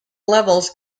levels